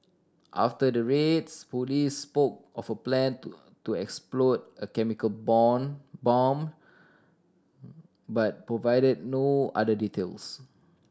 after the raids police spoke of a plan to to explode a chemical bone bomb but provided no other details